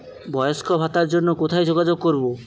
বয়স্ক ভাতার জন্য কোথায় যোগাযোগ করব?